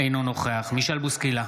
אינו נוכח מישל בוסקילה,